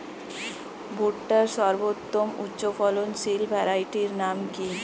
ভুট্টার সর্বোত্তম উচ্চফলনশীল ভ্যারাইটির নাম কি?